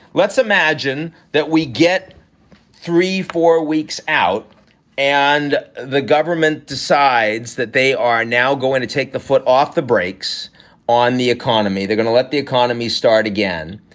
let's imagine that we get three, four weeks out and the government decides that they are now going to take the foot off the brakes on the economy they're going to let the economy start again.